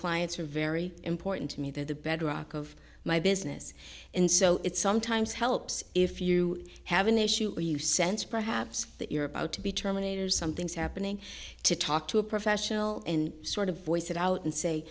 clients are very important to me they're the bedrock of my business and so it sometimes helps if you have an issue or you sense perhaps that you're about to be terminated something's happening to talk to a professional and sort of voice it out and say